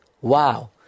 Wow